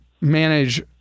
manage